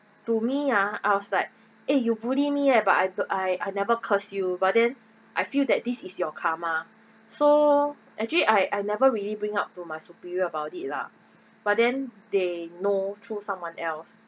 to me ah I was like eh you bully me but I the I I never curse you but then I feel that this is your karma so actually I I never really bring up to my superior about it lah but then they know through someone else